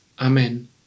Amen